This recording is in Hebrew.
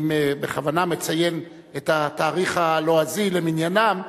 אני בכוונה מציין את התאריך הלועזי למניינם,